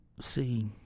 See